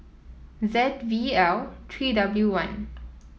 Z V L three W one